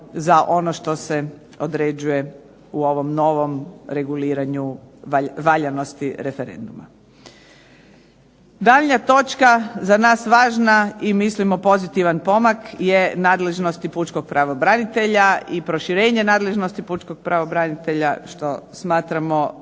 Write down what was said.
za ono što se određuje u ovom novom reguliranju valjanosti referenduma. Daljnja točka za nas važna i mislimo pozitivan pomak je nadležnosti pučkog pravobranitelja i proširenja nadležnosti pučkog pravobranitelja, što smatramo